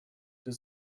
deux